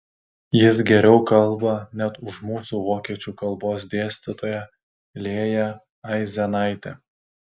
jis geriau kalba net už mūsų vokiečių kalbos dėstytoją lėją aizenaitę